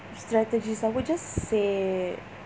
strategies I would just say